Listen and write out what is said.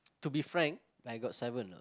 to be frank I got seven ah